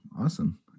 Awesome